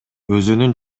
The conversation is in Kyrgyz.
өзүнүн